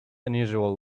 unusual